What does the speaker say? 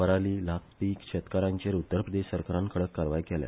पराली ल्हासपी शेतकारांचेर उत्तर प्रदेश सरकारान कडक कारवाय केल्या